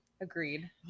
agreed